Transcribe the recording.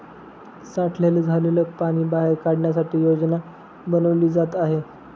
साठलेलं झालेल पाणी बाहेर काढण्यासाठी योजना बनवली जात आहे